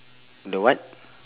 the what